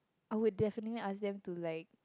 I will definitely ask them to like